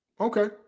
Okay